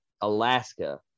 Alaska